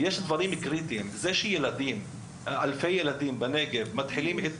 זה שיש ילדים בנגב שעד היום מתחילים את